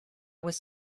was